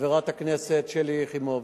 חברת הכנסת שלי יחימוביץ,